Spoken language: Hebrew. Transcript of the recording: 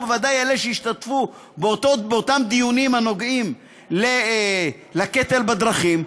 ובוודאי אלה שהשתתפו באותם דיונים הנוגעים לקטל בדרכים,